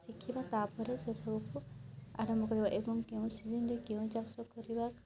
ଶିଖିବା ତା'ପରେ ସେ ସବୁ କୁ ଆରମ୍ଭ କରିବା ଏବଂ କେଉଁ ସିଜିନ୍ ରେ କେଉଁ ଚାଷ କରିବା